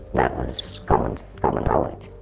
that was common common knowledge.